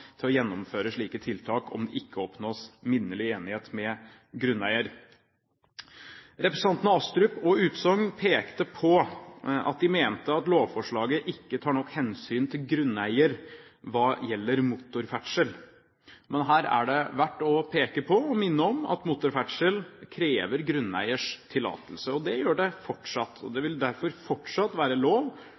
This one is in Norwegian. til å gjennomføre slike tiltak, om det ikke oppnås minnelig enighet med grunneier. Representantene Astrup og Utsogn pekte på at de mente at lovforslaget ikke tar nok hensyn til grunneier hva gjelder motorferdsel. Men her er det verdt å peke på og minne om at motorferdsel krever grunneiers tillatelse. Det gjør det fortsatt. Det vil derfor fortsatt være lov